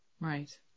Right